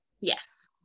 Yes